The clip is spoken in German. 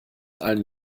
allen